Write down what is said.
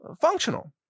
Functional